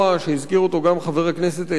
שהזכיר אותו גם חבר הכנסת אלדד,